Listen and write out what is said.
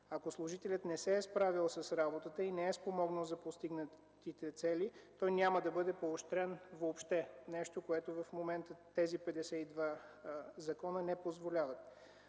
Ако служителят не се е справил с работата и не е спомогнал за постигнатите цели, той няма да бъде поощрен въобще – нещо, което в момента тези петдесет и два закона не позволяват.